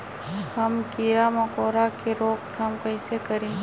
हम किरा मकोरा के रोक थाम कईसे करी?